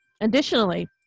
Additionally